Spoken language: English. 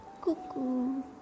Cuckoo